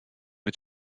het